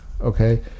Okay